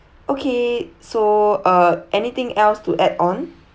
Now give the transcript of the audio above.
okay so uh anything else to add on